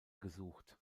gesucht